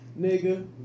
Nigga